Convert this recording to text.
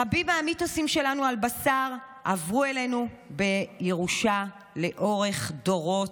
רבים מן המיתוסים שלנו על בשר עברו אלינו בירושה לאורך דורות,